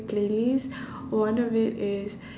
playlist one of it is